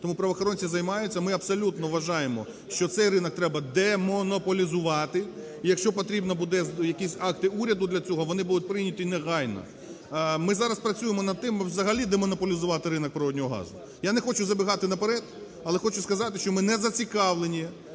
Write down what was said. Тому правоохоронці займаються. Ми абсолютно вважаємо, що цей ринок треба демонополізувати. І якщо потрібні будуть якісь акти уряду для цього, вони будуть прийняті негайно. Ми зараз працюємо над тим, взагалі демонополізувати ринок природного газу. Я не хочу забігати наперед. Але хочу сказати, що ми не зацікавлені